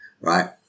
right